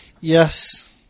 Yes